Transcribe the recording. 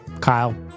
Kyle